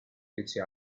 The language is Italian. fece